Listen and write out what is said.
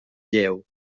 lleu